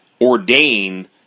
ordain